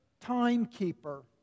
timekeeper